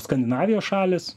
skandinavijos šalys